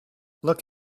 look